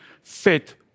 fit